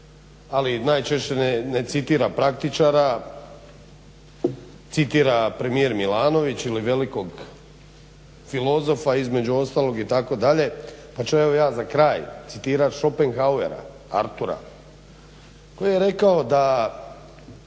ali najčešće ne citira praktičara citira premijer Milanović ili velikog filozofa između ostalog itd. pa ću ja evo za kraj citirati Schopenhauera Artura koji je rekao da